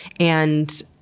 and